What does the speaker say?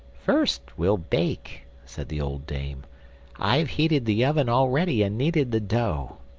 first we'll bake, said the old dame i've heated the oven already and kneaded the dough.